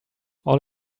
all